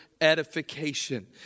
edification